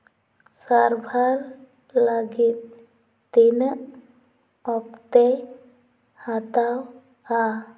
ᱥᱟᱨᱵᱷᱟᱨ ᱞᱟᱹᱜᱤᱫ ᱛᱤᱱᱟᱹᱜ ᱚᱠᱛᱚᱭ ᱦᱟᱛᱟᱣᱟ